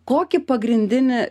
kokį pagrindinį